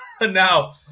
Now